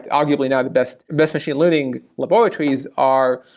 arguably, now the best best machine learning laboratories are